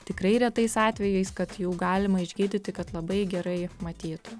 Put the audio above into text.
tikrai retais atvejais kad jau galima išgydyti kad labai gerai matytų